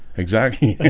exactly